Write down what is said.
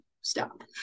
stop